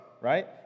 right